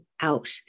out